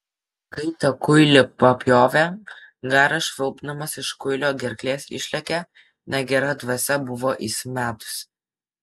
kai tą kuilį papjovė garas švilpdamas iš kuilio gerklės išlėkė negera dvasia buvo įsimetusi